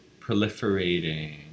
proliferating